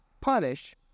punish